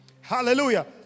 Hallelujah